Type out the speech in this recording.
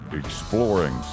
exploring